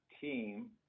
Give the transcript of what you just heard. team